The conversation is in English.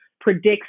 predicts